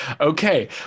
okay